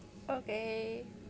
okay